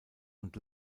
und